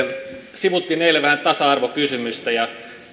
sivuttiin vähän tasa arvokysymystä ja